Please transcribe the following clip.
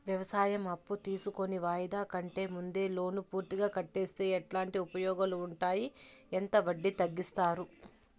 వ్యవసాయం అప్పు తీసుకొని వాయిదా కంటే ముందే లోను పూర్తిగా కట్టేస్తే ఎట్లాంటి ఉపయోగాలు ఉండాయి? ఎంత వడ్డీ తగ్గిస్తారు?